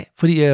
fordi